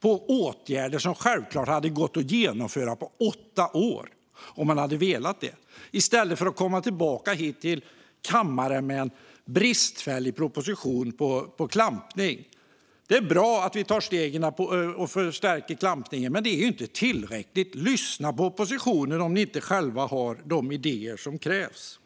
på åtgärder som självklart hade gått att genomföra på åtta år om man hade velat det. I stället kommer man tillbaka till kammaren med en bristfällig proposition om klampning. Det är bra att vi tar steg för att förstärka klampningen, men det är ju inte tillräckligt. Lyssna på oppositionen om ni inte själva har de idéer som krävs!